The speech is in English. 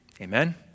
Amen